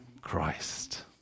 Christ